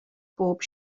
bob